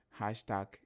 hashtag